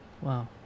Wow